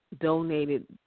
donated